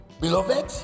Beloved